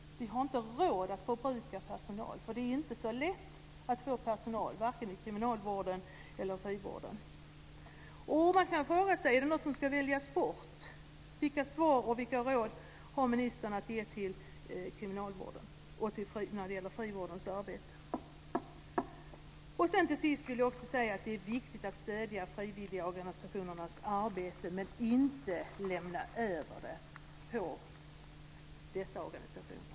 Vi har inte råd att förbruka personal. Det är nämligen inte så lätt att få personal i vare sig kriminalvården eller frivården. Man kan fråga sig om det finns något som ska väljas bort. Vilka svar och vilka råd har ministern att ge när det gäller kriminalvården och frivårdens arbete? Till sist vill jag också säga att det är viktigt att stödja frivilligorganisationernas arbete. Men man ska inte lämna över allt på dessa organisationer.